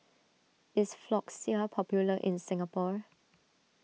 is Floxia popular in Singapore